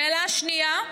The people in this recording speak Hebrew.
שאלה שנייה,